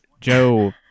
Joe